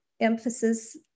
emphasis